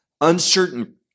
uncertain